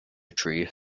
tree